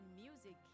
Music